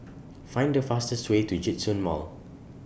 Find The fastest Way to Djitsun Mall